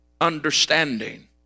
understanding